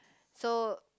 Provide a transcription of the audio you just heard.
so